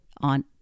on